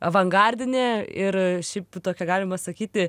avangardinė ir šiaip tokia galima sakyti